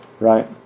right